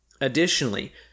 Additionally